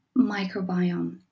microbiome